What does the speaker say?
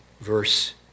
verse